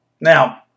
Now